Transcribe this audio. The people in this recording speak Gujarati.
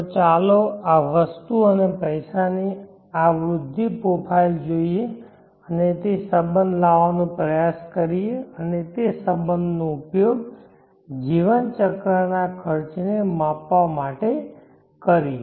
તો ચાલો આ વસ્તુ અને પૈસાની આ વૃદ્ધિ પ્રોફાઇલ જોઈએ અને તે સંબંધ લાવવાનો પ્રયાસ કરીએ અને તે સંબંધનો ઉપયોગ જીવનચક્રના ખર્ચને માપવા માટે કરીએ